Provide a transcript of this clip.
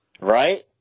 Right